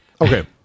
okay